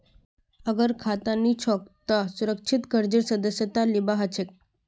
अगर खाता नी छोक त सुरक्षित कर्जेर सदस्यता लिबा हछेक